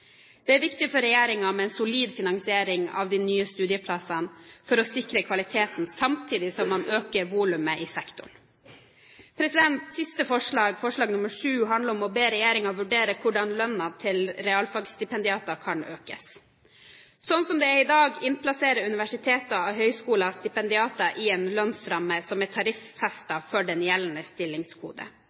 Det er viktig for regjeringen å ha en solid finansiering av de nye studieplassene for å sikre kvaliteten samtidig som man øker volumet i sektoren. Siste forslag, VII, handler om å be regjeringen vurdere hvordan lønnen til realfagstipendiater kan økes. Slik det er i dag, innplasserer universiteter og høyskoler stipendiater i en lønnsramme som er tariffestet for den gjeldende stillingskode.